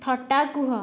ଥଟ୍ଟା କୁହ